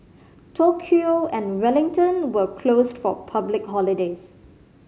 Tokyo and Wellington were closed for public holidays